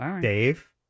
Dave